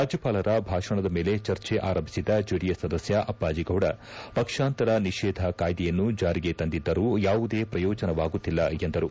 ರಾಜ್ಯವಾಲರ ಭಾಷಣದ ಮೇಲೆ ಚರ್ಚೆ ಆರಂಭಿಸಿದ ಜೆಡಿಎಸ್ ಸದಸ್ಕ ಅಪ್ಪಾಜಿಗೌಡ ಪಕ್ಷಾಂತರ ನಿಷೇಧ ಕಾಯ್ದೆಯನ್ನು ಜಾರಿಗೆ ತಂದಿದ್ದರೂ ಯಾವುದೇ ಪ್ರಯೋಜನವಾಗುತ್ತಿಲ್ಲ ಎಂದರು